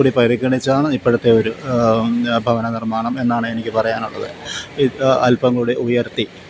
കൂടി പരിഗണിച്ചാണ് ഇപ്പോഴത്തെ ഒരു ഭവനനിർമ്മാണം എന്നാണെനിക്ക് പറയാനുള്ളത് അൽപ്പം കൂടി ഉയർത്തി